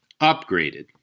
upgraded